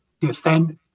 defend